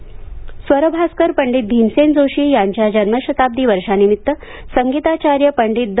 स्वरभास्कर पंडित भीमसेन जोशी यांच्या जन्मशताब्दी वर्षानिमित्त संगीताचार्य पंडित द